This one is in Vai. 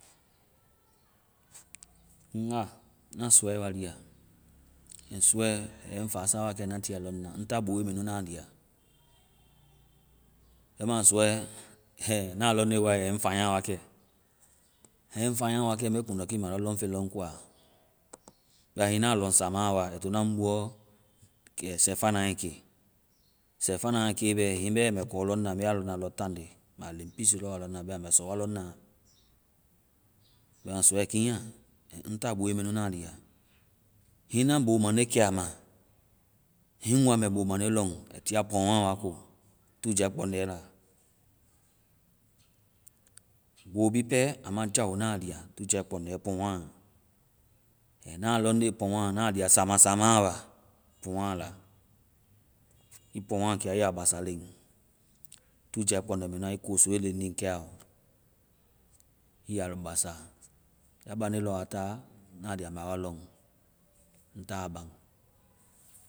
Ŋga, na sɔɛ wa lia. And sɔɛ, aa yɛ ŋ fa sa natiie a lɔŋna. Ŋ t a boe mɛ nu na lia. Bɛma sɔɛ, na lɔŋnde aa yɛ ŋ fanya wakɛ. Aa yɛ ŋ fanya wakɛ. me kuŋdukii ma lɔ lɔŋfeŋ lɔŋ koa. Bɛma hiŋi na lɔŋ samaa wa, ai to na ŋ buɔ kɛ sɛifana ke. Sɛifana ke bɛ mɗ kɔ lɔŋnda, me aa lɔŋnda tane. Mɛ a leŋpiisi lɔ wa lɔŋna. Bɛma mɛ sɔ wa lɔŋna. Bɛma sɔɛ kinya. Ŋ ta boe mɛ nu. Hiŋi na boo mande kɛ aa ma, hiŋi ŋ wa mɛ boo mande lɔŋ, ai tia puaŋga wa ko, tu jae kpɔŋde la. boo bi pɛ, aa na jao. Na lia. Tu jae kpɔŋde-puaŋga. And ma lɔŋnde puaŋga, na lia sama sama wa. Puaŋga la. Ii puaŋga kɛ a ɔ, ii ya basa len. Tu jae kpɔŋde mɛ nu a. Ii kosoe lenlen kɛ aɔ ii ya lɔbasa. Ya bande lɔ aa taa, na lia mɛ aa wa lɔŋ. Ŋ taa baŋ.